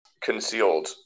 concealed